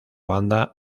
banda